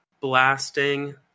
blasting